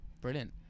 Brilliant